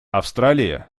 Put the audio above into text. австралия